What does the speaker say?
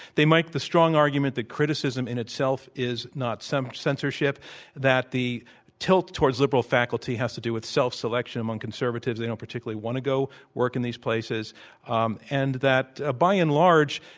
they make the strong argument that criticism in itself is not censorship that the tilt towards liberal faculty has to do with self selection among conservatives. they don't particularly want to go work in these places um and that, ah by and large,